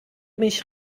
mich